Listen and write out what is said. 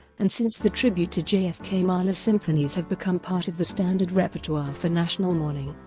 and since the tribute to jfk, mahler symphonies have become part of the standard repertoire for national mourning.